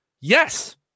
Yes